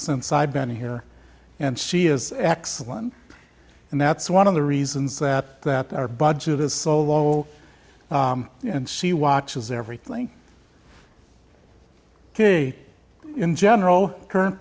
since i've been here and she is excellent and that's one of the reasons that that our budget is so low and she watches everything ok in general current